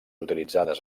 utilitzades